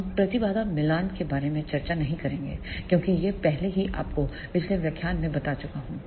हम प्रतिबाधा मिलान के बारे में चर्चा नहीं करेंगे क्योंकि यह पहले ही आपको पिछले व्याख्यानों में बता चुका हूं